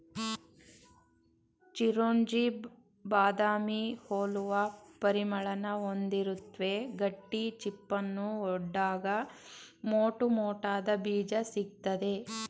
ಚಿರೊಂಜಿ ಬಾದಾಮಿ ಹೋಲುವ ಪರಿಮಳನ ಹೊಂದಿರುತ್ವೆ ಗಟ್ಟಿ ಚಿಪ್ಪನ್ನು ಒಡ್ದಾಗ ಮೋಟುಮೋಟಾದ ಬೀಜ ಸಿಗ್ತದೆ